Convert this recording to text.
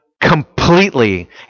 completely